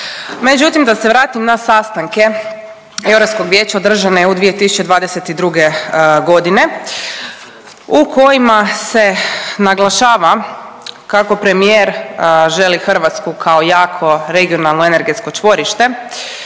Međutim, da se vratim na sastanke Europskog vijeća održane u 2022.g. u kojima se naglašava kako premijer želi Hrvatsku kao jako regionalno energetsko čvorište,